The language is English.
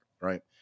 Right